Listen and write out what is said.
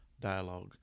dialogue